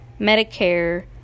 Medicare